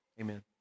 Amen